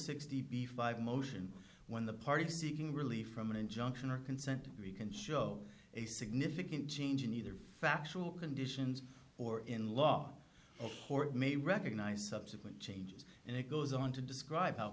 sixty p five motion when the party seeking relief from an injunction or consent we can show a significant change in either factual conditions or in law may recognize subsequent changes and it goes on to describe how